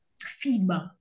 feedback